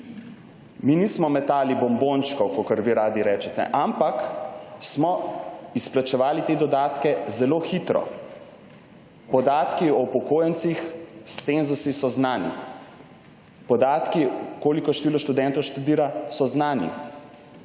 Mi nismo metali bombončkov, kakor vi radi rečete, ampak smo izplačevali te dodatke zelo hitro. Podatki o upokojencih s cenzusi so znani, podatki, koliko število študentov študira, so znani.